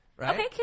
Okay